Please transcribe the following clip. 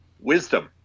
Wisdom